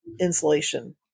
insulation